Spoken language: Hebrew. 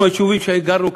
אנחנו, היישובים הקרובים,